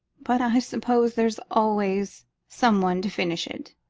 but i suppose there's always some one to finish it.